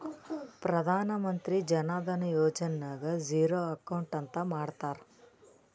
ಪ್ರಧಾನ್ ಮಂತ್ರಿ ಜನ ಧನ ಯೋಜನೆ ನಾಗ್ ಝೀರೋ ಅಕೌಂಟ್ ಅಂತ ಮಾಡ್ತಾರ